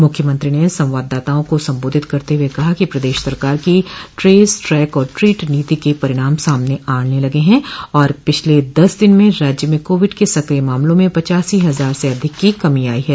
मुख्यमंत्री ने संवाददाताओं को सम्बोधित करते हुए कहा कि प्रदेश सरकार की ट्रेस ट्रैक और ट्रीट नीति के परिणाम सामने आने लगे हैं और पिछले दस दिन में राज्य में कोविड के सक्रिय मामलों में पचासी हजार से अधिक की कमी आई है